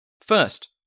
First